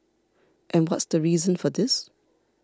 and what's the reason for this